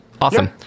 awesome